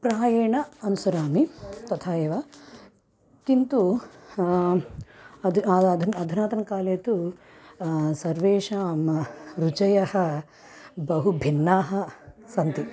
प्रायेण अनुसरामि तथा एव किन्तु अद्य अद्य अधुना अधुनातनकाले तु सर्वेषां रुचयः बहु भिन्नाः सन्ति